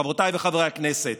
חברותיי וחברי הכנסת,